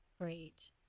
Great